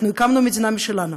אנחנו הקמנו מדינה משלנו.